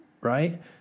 Right